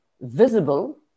visible